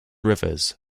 rivers